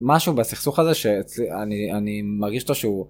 משהו בסכסוך הזה שאני אני מרגיש אותו שהוא.